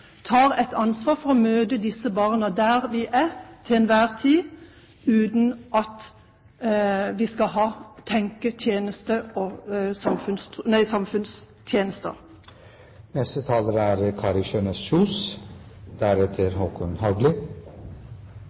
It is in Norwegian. tar et ansvar for å møte disse barna der vi er til enhver tid, uten å tenke samfunnstjeneste. Jeg har opp gjennom årene av forskjellige grunner hatt befatning med barnevernet, og